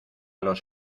los